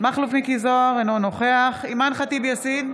מכלוף מיקי זוהר, אינו נוכח אימאן ח'טיב יאסין,